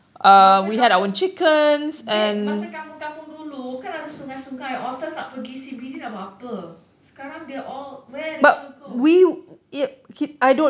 masa kampung babe masa kampung-kampung dulu kan ada sungai-sungai otters nak pergi C_B_D nak buat apa sekarang they're all where are they going to go